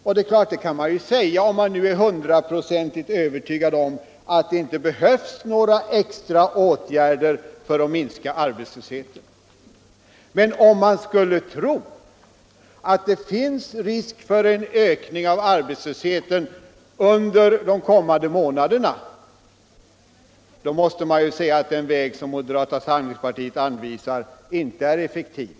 Så kan man naturligtvis göra om man är hundraprocentigt övertygad om att det inte behövs några extra åtgärder för att minska arbetslösheten. Men om man tror att det finns risk för en ökning av arbetslösheten under de kommande månaderna är den väg som moderata samlingspartiet anvisar inte effektiv.